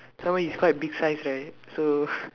so he's quite big size right so